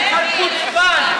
חתיכת חוצפן.